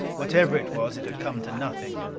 whatever it was, it had come to nothing.